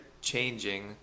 changing